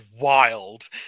wild